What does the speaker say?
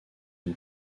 une